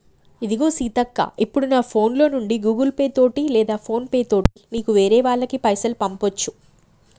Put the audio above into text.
ఇదిగో సీతక్క ఇప్పుడు నా ఫోన్ లో నుండి గూగుల్ పే తోటి లేదా ఫోన్ పే తోటి నీకు వేరే వాళ్ళకి పైసలు పంపొచ్చు